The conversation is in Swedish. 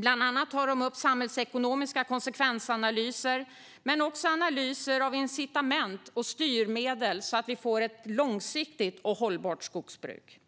Bland annat tar man upp samhällsekonomiska konsekvensanalyser och analyser av incitament och styrmedel för ett långsiktigt hållbart skogsbruk.